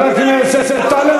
היא נגד גזענות.